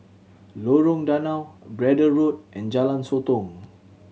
Lorong Danau Braddell Road and Jalan Sotong